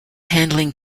handling